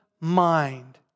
mind